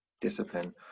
Discipline